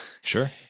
Sure